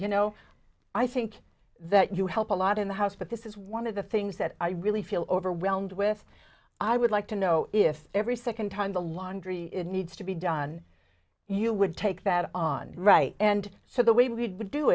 you know i think that you help a lot in the house but this is one of the things that i really feel overwhelmed with i would like to know if every second time the laundry needs to be done you would take that on right and so the way we would do